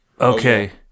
okay